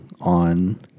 on